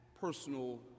personal